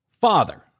father